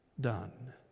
done